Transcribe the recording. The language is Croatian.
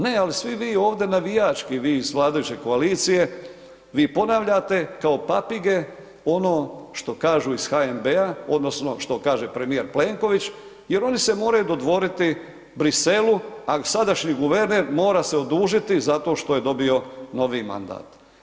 Ne, ali svi vi ovdje navijački, vi iz vladajuće koalicije, vi ponavljate kao papige ono što kažu iz HNB-a, odnosno što kaže premijer Plenković jer oni se moraju dodvoriti Bruxellesu, a i sadašnji guverner mora se odužiti zato što je dobio novi mandat.